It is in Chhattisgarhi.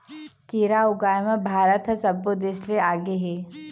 केरा ऊगाए म भारत ह सब्बो देस ले आगे हे